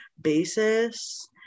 basis